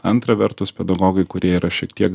antra vertus pedagogai kurie yra šiek tiek